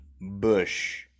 Bush